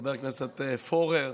חבר הכנסת פורר,